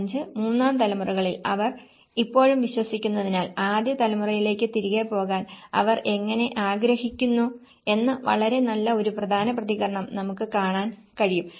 5 മൂന്നാം തലമുറകളിൽ അവർ ഇപ്പോഴും വിശ്വസിക്കുന്നതിനാൽ ആദ്യ തലമുറയിലേക്ക് തിരികെ പോകാൻ അവർ എങ്ങനെ ആഗ്രഹിക്കുന്നു എന്ന വളരെ നല്ല ഒരു പ്രധാന പ്രതികരണം നമുക്ക് കാണാൻ കഴിയും